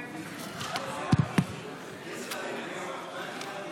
לסעיף 02 בדבר הפחתת תקציב לא נתקבלו.